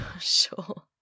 sure